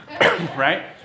Right